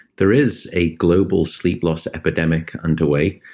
there is a global sleep loss epidemic underway.